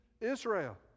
Israel